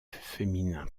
féminin